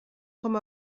com